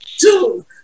two